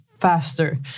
Faster